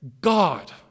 God